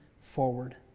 forward